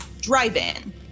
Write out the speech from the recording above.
drive-in